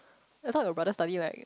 that's what your brother study right